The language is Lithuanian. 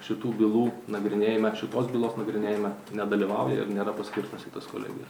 šitų bylų nagrinėjime šitos bylos nagrinėjime nedalyvauja ir nėra paskirtos kitos kolegijo